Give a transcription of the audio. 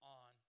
on